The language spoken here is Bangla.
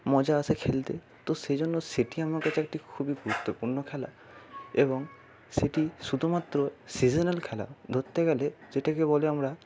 মজা আসে খেলতে তো সে জন্য সেটি আমার কাছে একটি খুবই গুরুত্বপূর্ণ খেলা এবং সেটি শুধুমাত্র সিজনাল খেলা ধরতে গেলে যেটাকে বলি আমরা